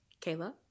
Kayla